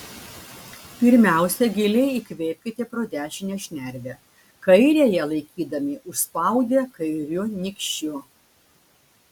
pirmiausia giliai įkvėpkite pro dešinę šnervę kairiąją laikydami užspaudę kairiu nykščiu